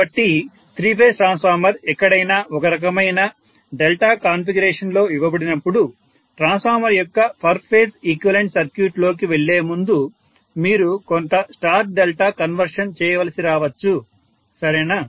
కాబట్టి three phase transformer ఎక్కడైనా ఒకరకమైన డెల్టా కాన్ఫిగరేషన్లో ఇవ్వబడినప్పుడు ట్రాన్స్ఫార్మర్ యొక్క పర్ ఫేజ్ ఈక్వివలెంట్ సర్క్యూట్ లోకి వెళ్లే ముందు మీరు కొంత స్టార్ డెల్టా కన్వర్షన్ చేయవలసి రావచ్చు సరేనా